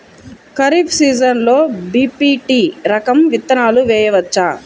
ఖరీఫ్ సీజన్లో బి.పీ.టీ రకం విత్తనాలు వేయవచ్చా?